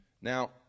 Now